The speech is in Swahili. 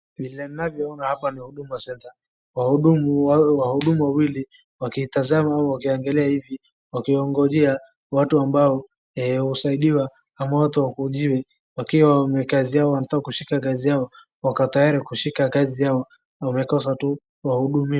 Vile mnavyoona hapa ni huduma center , wahudumu wawili wakitazama, wakiangalia hivi, wakingojea watu ambao usaindiwa amah watu wakujiwe. Wakiwa wamekazi yao, wanataka kushika kazi yao wako tayari kushika kazi yao, wamekosa tuuh wahudumiwa.